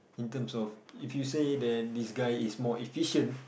in terms of if you say then this guy is more efficient